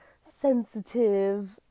sensitive